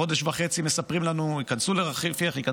חודש וחצי מספרים לנו שייכנסו לרפיח, ייכנסו.